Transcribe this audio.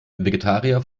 vegetarier